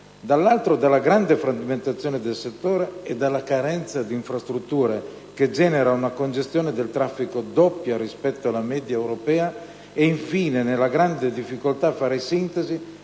dall'altro alla grande frammentazione del settore e alla carenza di infrastrutture, che genera una congestione del traffico doppia rispetto alla media europea; inoltre, vi è la grande difficoltà a fare sintesi